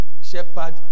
Shepherd